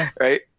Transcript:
right